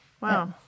Wow